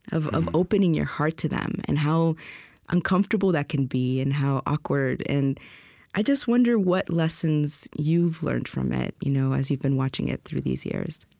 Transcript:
of of opening your heart to them and how uncomfortable that can be, and how awkward. and i just wonder what lessons you've learned from it, you know as you've been watching it through these years